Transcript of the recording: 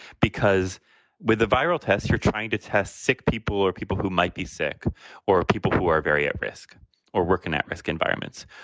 because with the viral tests, you're trying to test sick people or people who might be sick or or people who are very at risk or working at risk environments.